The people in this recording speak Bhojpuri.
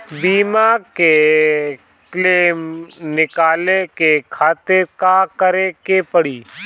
बीमा के क्लेम निकाले के खातिर का करे के पड़ी?